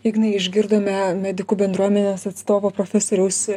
ignai išgirdome medikų bendruomenės atstovo profesoriaus